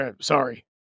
Sorry